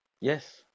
Yes